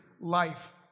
life